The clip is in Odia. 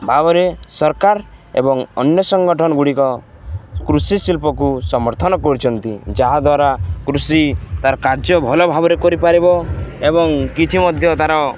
ଭାବରେ ସରକାର ଏବଂ ଅନ୍ୟ ସଂଗଠନ ଗୁଡ଼ିକ କୃଷି ଶିଳ୍ପକୁ ସମର୍ଥନ କରୁଛନ୍ତି ଯାହାଦ୍ୱାରା କୃଷି ତା'ର କାର୍ଯ୍ୟ ଭଲ ଭାବରେ କରିପାରିବ ଏବଂ କିଛି ମଧ୍ୟ ତା'ର